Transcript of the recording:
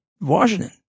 Washington